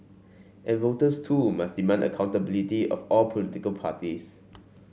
and voters too must demand accountability of all political parties